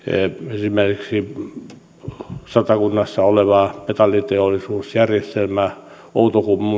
esimerkiksi juuri satakunnassa olevaa metalliteollisuusjärjestelmää outokumpua